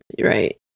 right